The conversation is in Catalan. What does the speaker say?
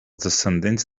descendents